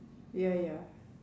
ya ya